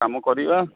କାମ କରିବା